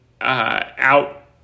out